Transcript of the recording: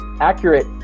accurate